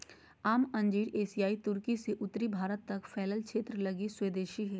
आम अंजीर एशियाई तुर्की से उत्तरी भारत तक फैलल क्षेत्र लगी स्वदेशी हइ